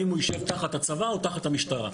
האם הוא יישב תחת הצבא או תחת המשטרה,